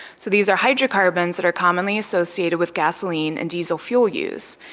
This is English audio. so these are hydrocarbons that are commonly associated with gasoline and diesel fuel use.